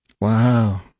wow